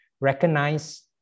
Recognize